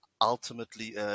ultimately